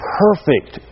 perfect